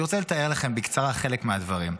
אני רוצה לתאר לכם בקצרה חלק מהדברים.